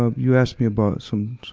ah, you asked me about some,